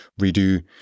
redo